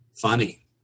funny